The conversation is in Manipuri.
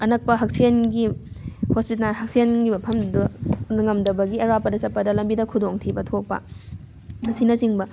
ꯑꯅꯛꯄ ꯍꯛꯁꯦꯜꯒꯤ ꯍꯣꯁꯄꯤꯇꯥꯜ ꯍꯛꯁꯦꯜꯒꯤ ꯃꯐꯝꯗꯣ ꯉꯝꯗꯕꯒꯤ ꯑꯔꯥꯞꯄꯗ ꯆꯠꯄꯗ ꯂꯝꯕꯤꯗ ꯈꯨꯗꯣꯡꯊꯤꯕ ꯊꯣꯛꯄ ꯑꯁꯤꯅꯆꯤꯡꯕ